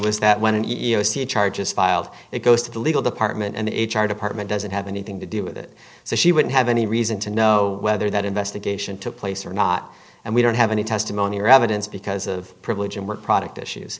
was that when an ego see charges filed it goes to the legal department and h r department doesn't have anything to do with it so she wouldn't have any reason to know whether that investigation took place or not and we don't have any testimony or evidence because of privilege and work product issues